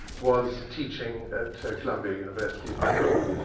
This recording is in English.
was teaching at columbia university in new york.